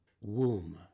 Womb